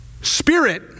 spirit